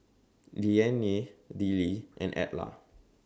Leanne Dillie and Edla